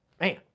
Man